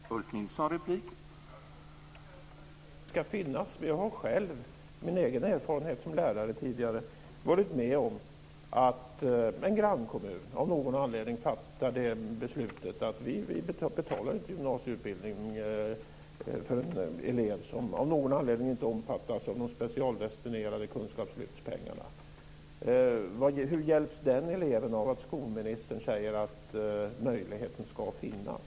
Herr talman! Skolministern säger att möjligheten ska finnas. Men jag har själv - med min egen erfarenhet som tidigare lärare - varit med om att en grannkommun av någon anledning fattar beslutet att inte betala gymnasieutbildning för en elev som av någon anledning inte omfattas av de specialdestinerade kunskapslyftspengarna. Hur hjälps den eleven av att skolministern säger att möjligheten ska finnas?